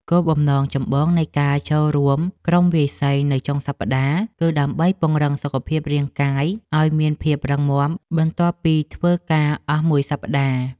គោលបំណងចម្បងនៃការចូលរួមក្រុមវាយសីនៅចុងសប្តាហ៍ គឺដើម្បីពង្រឹងសុខភាពរាងកាយឱ្យមានភាពរឹងមាំបន្ទាប់ពីធ្វើការអស់មួយសប្តាហ៍។